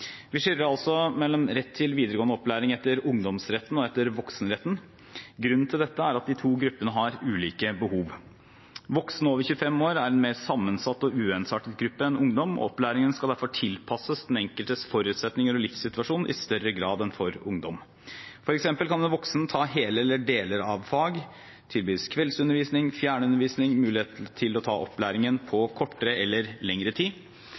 Vi skiller altså mellom rett til videregående opplæring etter ungdomsretten og etter voksenretten. Grunnen til dette er at de to gruppene har ulike behov. Voksne over 25 år er en mer sammensatt og uensartet gruppe enn ungdom, og opplæringen skal derfor tilpasses den enkeltes forutsetninger og livssituasjon i større grad enn for ungdom. For eksempel kan en voksen ta hele eller deler av fag, tilbys kveldsundervisning, fjernundervisning og mulighet til å ta opplæringen på kortere eller lengre tid.